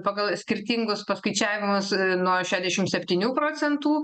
pagal skirtingus paskaičiavimus nuo šedešim septynių procentų